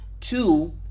Two